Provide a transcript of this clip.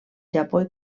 japó